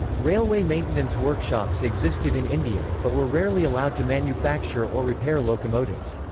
railway maintenance workshops existed in india, but were rarely allowed to manufacture or repair locomotives.